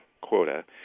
quota